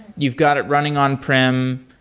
you've got it running on-prem.